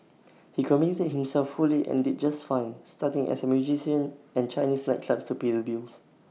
he committed himself fully and did just fine starting as A musician and Chinese nightclubs to pay the bills